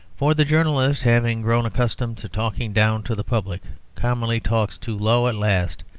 for the journalist, having grown accustomed to talking down to the public, commonly talks too low at last,